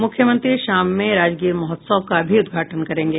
मुख्यमंत्री शाम में राजगीर महोत्सव का भी उद्घाटन करेंगे